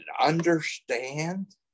understand